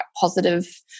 positive